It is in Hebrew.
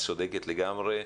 את צודקת לגמרי.